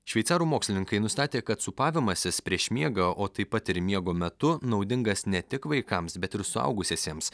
šveicarų mokslininkai nustatė kad sūpavimasis prieš miegą o taip pat ir miego metu naudingas ne tik vaikams bet ir suaugusiesiems